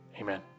Amen